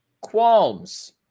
Qualms